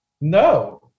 No